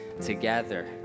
together